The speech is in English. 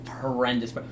horrendous